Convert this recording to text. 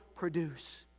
produce